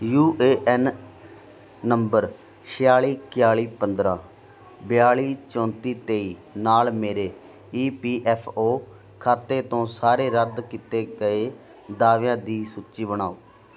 you A N number ਛਿਆਲੀ ਇਕਆਲੀ ਪੰਦਰਾਂ ਬਿਆਲੀ ਚੌਂਤੀ ਤੇਈ ਨਾਲ ਮੇਰੇ ਈ ਪੀ ਐਫ ਓ ਖਾਤੇ ਤੋਂ ਸਾਰੇ ਰੱਦ ਕੀਤੇ ਗਏ ਦਾਅਵਿਆਂ ਦੀ ਸੂਚੀ ਬਣਾਓ